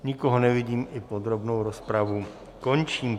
Nikoho nevidím, i podrobnou rozpravu končím.